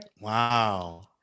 Wow